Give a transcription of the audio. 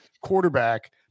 quarterback